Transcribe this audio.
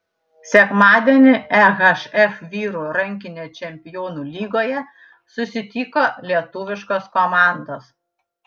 sekmadienį ehf vyrų rankinio čempionų lygoje susitiko lietuviškos komandos